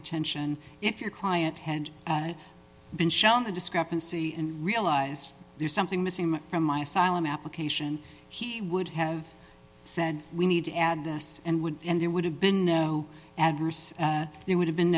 attention if your client had been shown the discrepancy and realized there's something missing from my asylum application he would have said we need to add this and would and it would have been no adverse it would have been